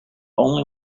only